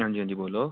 हांजी हांजी बोल्लो